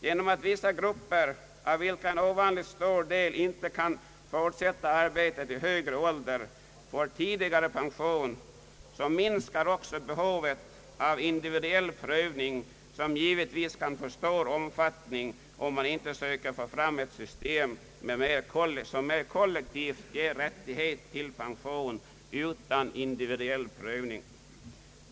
Genom att vissa grupper — inom vilka en ovanligt stor del människor inte kan fortsätta arbetet i högre ålder — får tidigare pension minskar också behovet av individuell prövning, som givetvis kan få stor omfattning om man inte söker få fram ett system som mer kollektivt ger rättighet till pension utan individuell prövning.